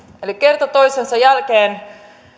eli kerta toisensa jälkeen